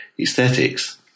aesthetics